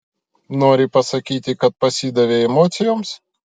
nori pasakyti kad pasidavei emocijoms